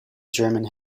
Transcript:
german